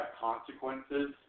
consequences